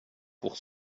pour